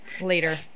Later